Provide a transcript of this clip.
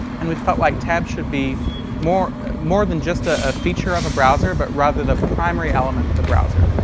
and we felt like tabs should be more more than just ah a feature of a browser, but rather the primary element of the browser.